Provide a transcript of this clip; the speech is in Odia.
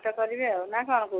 ନା କ'ଣ କହୁଛି